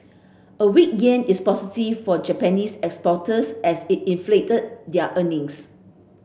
a weak yen is positive for Japanese exporters as it inflate their earnings